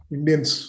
Indians